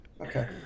Okay